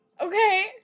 Okay